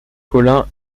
collin